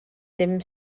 ddim